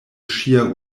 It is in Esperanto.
ŝia